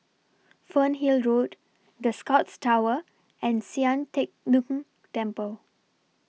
Fernhill Road The Scotts Tower and Sian Teck Tng Temple